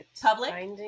Public